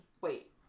Wait